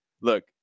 look